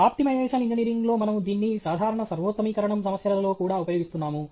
optimisation ఇంజనీరింగ్లో మనము దీన్ని సాధారణ సర్వోత్తమీకరణం సమస్యలలో కూడా ఉపయోగిస్తున్నాము